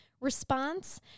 response